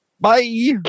Bye